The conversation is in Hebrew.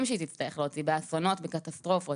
שהיא תצטרך להוציא באסונות וקטסטרופות.